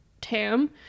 Tam